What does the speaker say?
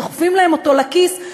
דוחפים להם אותו לכיס,